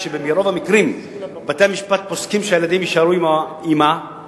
ברוב המקרים בתי-המשפט פוסקים שהילדים יישארו עם האמא,